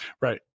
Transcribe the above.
Right